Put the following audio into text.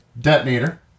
detonator